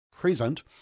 present